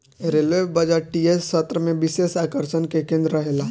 railway बजटीय सत्र में विशेष आकर्षण के केंद्र रहेला